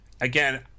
again